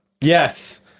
Yes